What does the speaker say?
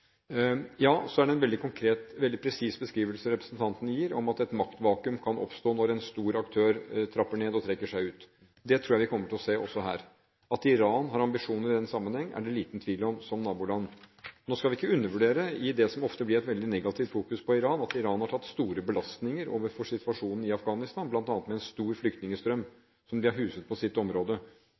Ja, så er det en veldig konkret og presis beskrivelse representanten gir, av at et maktvakuum kan oppstå når en stor aktør trapper ned og trekker seg ut. Det tror jeg vi kommer til å se også her. At Iran som naboland har ambisjoner i denne sammenheng, er det liten tvil om. Nå skal vi ikke undervurdere – i det som ofte blir et veldig negativt fokus på Iran – at Iran har tatt store belastninger overfor situasjonen i Afghanistan, bl.a. med en stor flyktningstrøm, som de har huset på sitt område,